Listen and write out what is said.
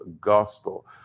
gospel